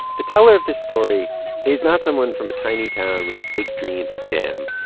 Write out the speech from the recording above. the teller of this story is not someone from a tiny town with big dreams of jam.